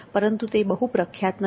પરંતુ તે બહુ પ્રખ્યાત નથી